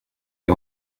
est